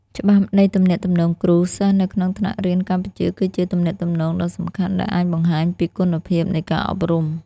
ច្បាប់នៃទំនាក់ទំនងគ្រូ សិស្សនៅក្នុងថ្នាក់រៀនកម្ពុជា គឺជាទំនាក់ទំនងដ៏សំខាន់ដែលអាចបង្ហាញពីគុណភាពនៃការអប់រំ។